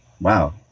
wow